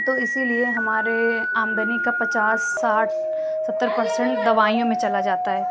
تو اسی لیے ہمارے آمدنی کا پچاس ساٹھ ستر پرسینٹ دوائیوں میں چلا جاتا ہے